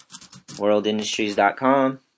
Worldindustries.com